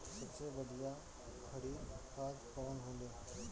सबसे बढ़िया हरी खाद कवन होले?